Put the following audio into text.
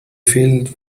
filled